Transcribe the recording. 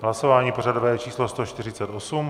Hlasování pořadové číslo 148.